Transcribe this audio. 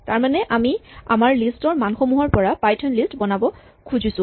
তাৰমানে আমি আমাৰ লিষ্ট ৰ মানসমূহৰ পৰা পাইথন লিষ্ট বনাব খুজিছোঁ